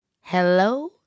Hello